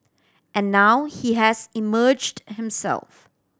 and now he has emerged himself